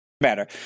matter